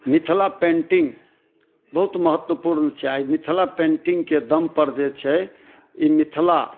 Mithila painting बहुत महत्वपूर्ण छै आइ मिथिला पेंटिंगके दम पर जे छै ई मिथिला